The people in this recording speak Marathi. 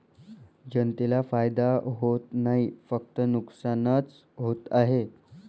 जनतेला फायदा होत नाही, फक्त नुकसानच होत आहे